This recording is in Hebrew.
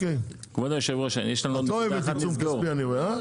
את לא אוהבת עיצום כספי, אני רואה.